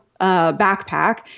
backpack